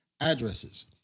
addresses